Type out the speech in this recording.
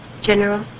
General